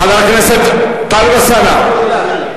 חבר הכנסת טלב אלסאנע.